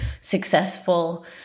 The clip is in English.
successful